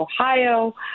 Ohio